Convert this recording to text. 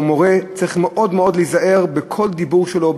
היום מורה צריך מאוד מאוד להיזהר בכל דיבור שלו,